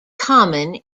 common